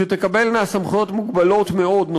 שתקבלנה סמכויות מוגבלות מאוד,